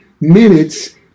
minutes